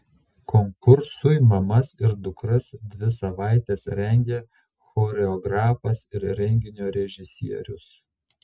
konkursui mamas ir dukras dvi savaites rengė choreografas ir renginio režisierius